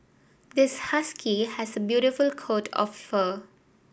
this husky has a beautiful coat of fur